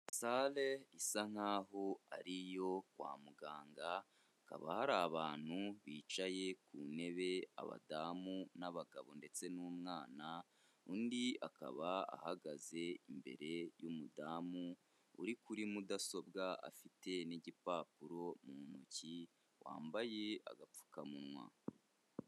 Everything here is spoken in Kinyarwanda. Sare isa nkaho ari iyo kwa muganga hakaba hari abantu bicaye ku ntebe, abadamu n'abagabo ndetse n'umwana, undi akaba ahagaze imbere y'umudamu uri kuri mudasobwa afite n'igipapuro mu ntoki, wambaye agapfukamunwa.